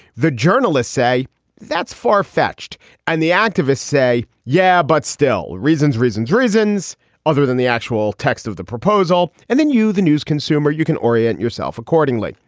the journalists say that's far fetched and the activists say yeah, but still. reasons, reasons, reasons other than the actual text of the proposal. and then you, the news consumer, you can orient yourself accordingly.